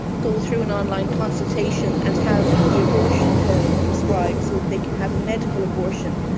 go through an online consultation and have the abortion pill prescribed, so they can have a medical abortion.